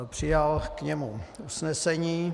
Přijal k němu usnesení.